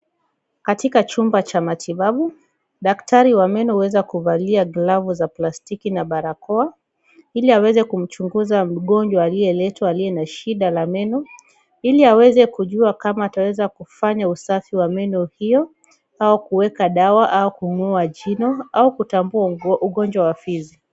Katika chumba cha matibabu. Daktari wa meno huwezakuvalia glavu za plastiki na barakoa ili aweze kumchunguza mgonjwa aliyeletwa aliye na shida la meno ili aweze kujua kama ataweza kufanya usafi wa meno hiyo au kuweka dawa au kung'oa jino au kutambua ugonjwa wa fizi.